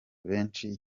benshi